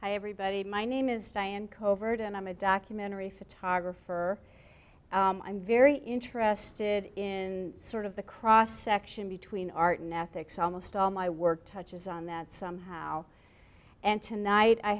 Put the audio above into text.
hi everybody my name is diane covert and i'm a documentary photographer i'm very interested in sort of the cross section between art and ethics almost all my work touches on that somehow and tonight i